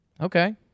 Okay